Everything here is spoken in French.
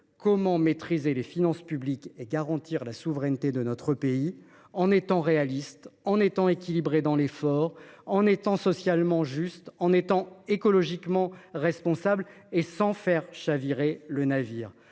comment maîtriser les finances publiques et garantir la souveraineté de notre pays en se montrant réaliste, équilibré dans l’effort, socialement juste, écologiquement responsable et sans faire chavirer le navire ?